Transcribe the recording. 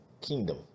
kingdom